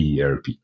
ERP